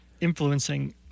influencing